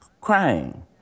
crying